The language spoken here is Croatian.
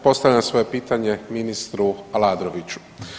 Postavljam svoje pitanje ministru Aladroviću.